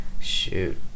shoot